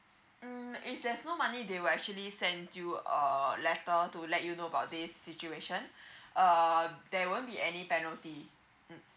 mm if there's no money they will actually sent you err letter to let you know about this situation uh there won't be any penalty mm